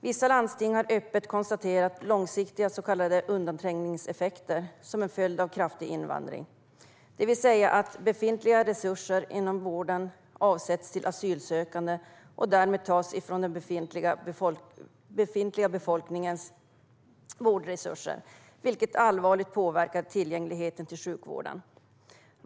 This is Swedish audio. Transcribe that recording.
Vissa landsting har öppet konstaterat långsiktiga så kallade undanträngningseffekter som en följd av kraftig invandring. Det vill säga att befintliga resurser inom vården avsätts till asylsökande och därmed tas från den befintliga befolkningens vårdresurser, vilket allvarligt påverkar sjukvårdens tillgänglighet.